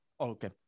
Okay